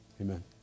Amen